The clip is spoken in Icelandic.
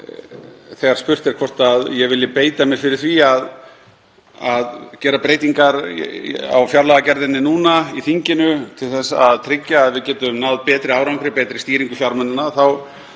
Þegar spurt er hvort ég vilji beita mér fyrir því að gera breytingar á fjárlagagerðinni núna í þinginu til að tryggja að við getum náð betri árangri, betri stýringu fjármuna, þá